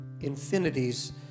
infinities